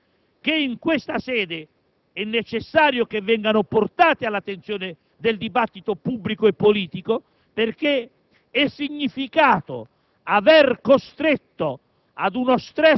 due questioni politiche che in questa sede andavano affrontate e che è necessario siano portate all'attenzione del dibattito pubblico e politico, perché